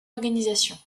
organisation